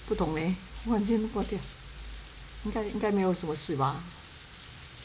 不懂 leh 突然间挂点应该应该没有什么事吧